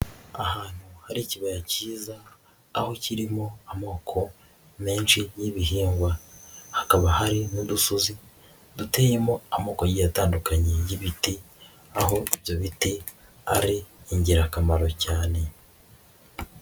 Ahantu hari ikibaya cyiza aho kirimo amoko menshi y'ibihingwa, hakaba hari n'udusozi duteyemo amoko agiye atandukanye y'ibiti, aho ibyo biti ari ingirakamaro cyane.